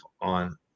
on